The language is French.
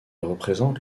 représente